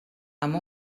amb